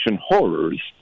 horrors